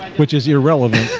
which is irrelevant?